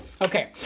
Okay